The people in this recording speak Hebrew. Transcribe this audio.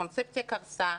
הקונספציה קרסה.